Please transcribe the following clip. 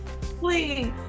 Please